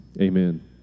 amen